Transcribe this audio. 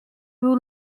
był